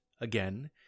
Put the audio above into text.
again